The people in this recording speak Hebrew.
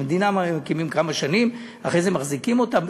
מדינה מקימים כמה שנים, אחרי זה מחזיקים אותה.